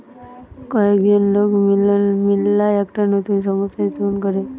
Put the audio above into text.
কয়েকজন লোক মিললা একটা নতুন সংস্থা স্থাপন করে